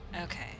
Okay